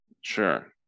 Sure